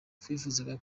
twifuzaga